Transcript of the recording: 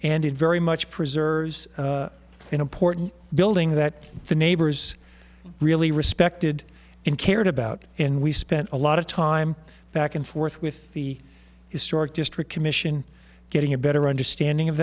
and in very much preserves an important building that the neighbors really respected and cared about and we spent a lot of time back and forth with the historic district commission getting a better understanding of